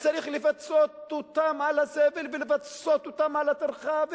צריך לפצות אותם על הסבל ולפצות אותם על הטרחה.